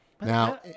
now